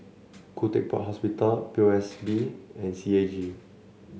Kuh Tec Pok Hospital P O S B and C A G